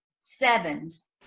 sevens